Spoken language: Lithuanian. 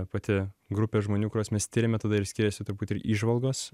pati grupė žmonių kuriuos mes tiriame tada ir skiriasi truputį ir įžvalgos